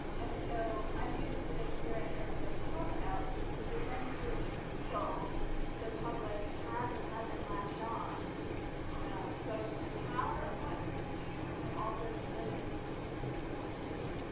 and so i'd be interested in hearing everybody talk about the sense to which you feel the public has or hasn't latched on both the power of what you do, and also the limits of what you do.